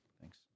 Thanks